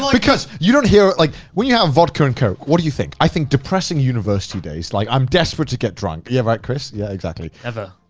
because you don't hear it like, when you have vodka and coke, what do you think? i think depressing university days. like i'm desperate to get drunk. yeah. right chris? yeah, exactly. never.